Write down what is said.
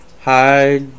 Hi